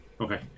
Okay